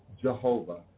Jehovah